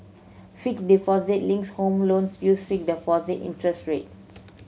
fixed deposit linked home loans use fixed deposit interest rates